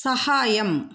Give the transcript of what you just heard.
सहायम्